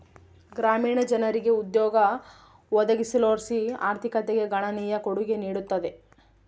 ಗ್ರಾಮೀಣ ಜನರಿಗೆ ಉದ್ಯೋಗ ಒದಗಿಸೋದರ್ಲಾಸಿ ಆರ್ಥಿಕತೆಗೆ ಗಣನೀಯ ಕೊಡುಗೆ ನೀಡುತ್ತದೆ